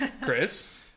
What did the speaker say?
Chris